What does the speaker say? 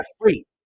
free